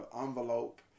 envelope